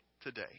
today